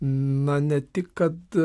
na ne tik kad